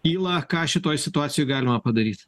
kyla ką šitoj situacijoj galima padaryt